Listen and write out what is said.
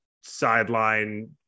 sideline